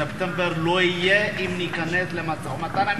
ספטמבר לא יהיה, אם ניכנס למשא-ומתן.